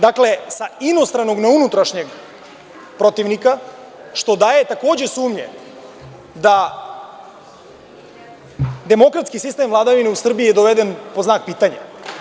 Dakle, sa inostranog na unutrašnje protivnika, što daje, takođe, sumnje da je demokratski sistem vladavine u Srbiji doveden pod znak pitanja.